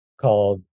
called